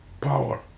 power